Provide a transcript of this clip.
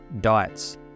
diets